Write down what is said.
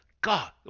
God